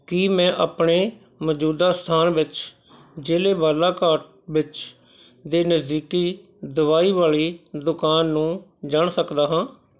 ਕੀ ਮੈਂ ਆਪਣੇ ਮੌਜੂਦਾ ਸਥਾਨ ਵਿੱਚ ਜ਼ਿਲ੍ਹੇ ਬਾਲਾਘਾਟ ਵਿੱਚ ਦੇ ਨਜ਼ਦੀਕੀ ਦਵਾਈ ਵਾਲੀ ਦੁਕਾਨ ਨੂੰ ਜਾਣ ਸਕਦਾ ਹਾਂ